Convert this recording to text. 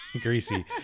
Greasy